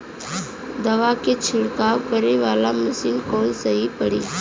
दवा के छिड़काव करे वाला मशीन कवन सही पड़ी?